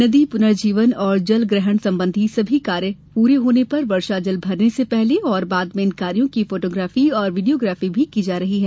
नदी पुर्नजीवन और जल ग्रहण संबंधी सभी कार्य पूर्ण होने पर वर्षा जल भरने से पहले और बाद में इन कार्यो की फोटोग्राफी एवं वीडियोग्राफी भी की जा रही है